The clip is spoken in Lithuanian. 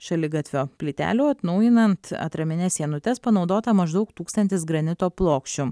šaligatvio plytelių atnaujinant atramines sienutes panaudota maždaug tūkstantis granito plokščių